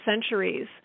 centuries